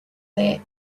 that